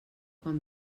quan